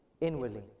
Inwardly